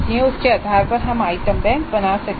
उसके आधार पर हम एक आइटम बैंक बना सकते हैं